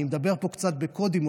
אני מדבר פה קצת בקודים,